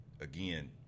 again